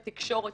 התקשורת,